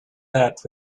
that